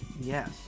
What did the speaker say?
Yes